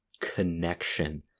connection